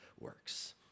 works